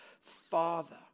Father